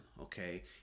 Okay